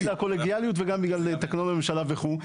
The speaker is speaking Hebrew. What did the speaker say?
זה גם בשביל הקולגיאליות וגם בגלל תקנון הממשלה וכדומה.